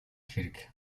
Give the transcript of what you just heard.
хэрэг